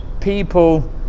people